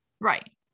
right